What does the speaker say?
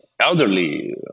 elderly